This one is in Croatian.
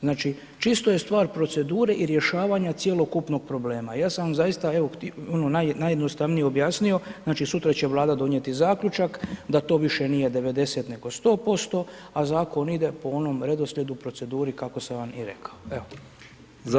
Znači čisto je stvar procedure rješavanja cjelokupnog problema, ja sam zaista najjednostavnije objasnio, znači sutra će Vlada donijeti zaključak da to više nije 90 nego 100% a zakon ide po onom redoslijedu u proceduri kako sam vam i rekao.